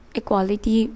equality